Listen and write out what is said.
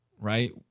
Right